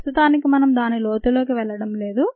ప్రస్తుతానికి మనం దాని లోతులోకి వెళ్లడం లేదు